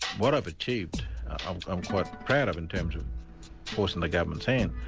what i've achieved i'm quite proud of, in terms of forcing the government's hand,